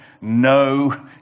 no